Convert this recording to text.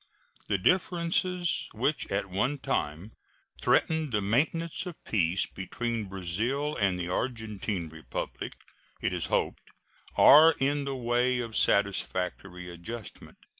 the differences which at one time threatened the maintenance of peace between brazil and the argentine republic it is hoped are in the way of satisfactory adjustment.